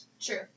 True